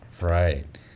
right